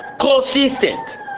consistent